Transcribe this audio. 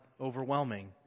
overwhelming